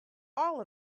all